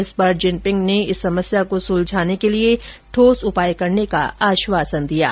इस पर जिनपिंग ने इस समस्या को सुलझाने का के लिए ठोस उपाय करने का आश्वासन दिया है